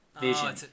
Vision